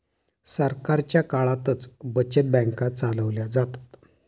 सरकारच्या काळातच बचत बँका चालवल्या जातात